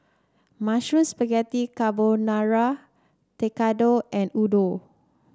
Mushroom Spaghetti Carbonara Tekkadon and Udon